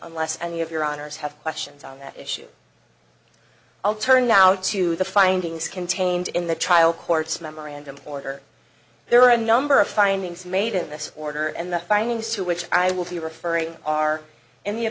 unless any of your honors have questions on that issue i'll turn now to the findings contained in the trial court's memorandum order there are a number of findings made in this order and the findings to which i will be referring are in the